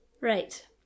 Right